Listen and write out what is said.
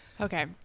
Okay